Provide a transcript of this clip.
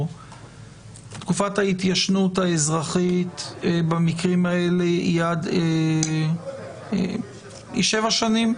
תקופת ההתיישנות האזרחית במקרים האלה היא שבע שנים,